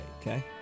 Okay